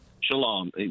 Shalom